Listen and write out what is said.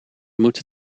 moeten